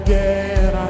Again